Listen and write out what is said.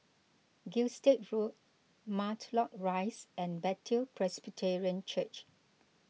Gilstead Road Matlock Rise and Bethel Presbyterian Church